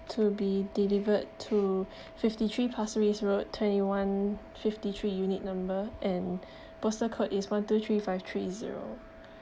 to be delivered to fifty three pasir ris road twenty one fifty three unit number and postal code is one two three five three zero